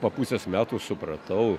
po pusės metų supratau